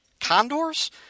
Condors